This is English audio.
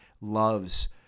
loves